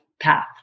path